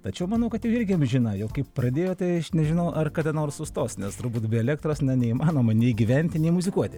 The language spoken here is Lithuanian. tačiau manau kad ji irgi amžina jau kaip pradėjote aš nežinau ar kada nors sustos nes turbūt be elektros na neįmanoma nei gyventi nei muzikuoti